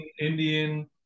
Indian